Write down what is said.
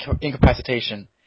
incapacitation